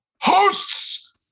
hosts